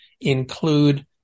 include